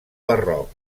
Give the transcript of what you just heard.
barroc